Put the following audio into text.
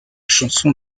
chanson